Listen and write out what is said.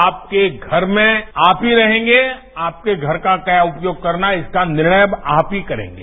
आपके घर में आप ही रहेंगे आपके घर का क्या उपयोग करना है इसका निर्णय अब आप ही करेंगे